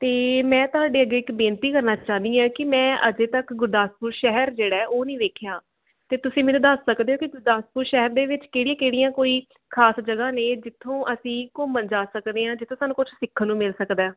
ਅਤੇ ਮੈਂ ਤੁਹਾਡੇ ਅੱਗੇ ਇੱਕ ਬੇਨਤੀ ਕਰਨਾ ਚਾਹੁੰਦੀ ਹਾਂ ਕਿ ਮੈਂ ਅਜੇ ਤੱਕ ਗੁਰਦਾਸਪੁਰ ਸ਼ਹਿਰ ਜਿਹੜਾ ਹੈ ਉਹ ਨਹੀਂ ਵੇਖਿਆ ਅਤੇ ਤੁਸੀਂ ਮੈਨੂੰ ਦੱਸ ਸਕਦੇ ਹੋ ਕਿ ਗੁਰਦਾਸਪੁਰ ਸ਼ਹਿਰ ਦੇ ਵਿੱਚ ਕਿਹੜੀਆਂ ਕਿਹੜੀਆਂ ਕੋਈ ਖਾਸ ਜਗ੍ਹਾ ਨੇ ਜਿੱਥੋਂ ਅਸੀਂ ਘੁੰਮਣ ਜਾ ਸਕਦੇ ਹਾਂ ਜਿੱਥੋਂ ਸਾਨੂੰ ਕੁਛ ਸਿੱਖਣ ਨੂੰ ਮਿਲ ਸਕਦਾ